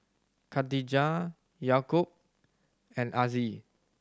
Khatijah Yaakob and Aziz